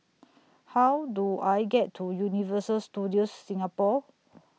How Do I get to Universal Studios Singapore